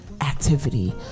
activity